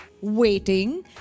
Waiting